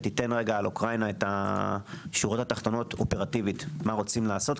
ותיתן על אוקראינה את השורות התחתונות אופרטיבית מה רוצים לעשות.